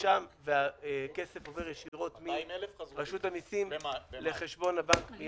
נרשם והכסף עובר ישירות מרשות המיסים לחשבון הבנק.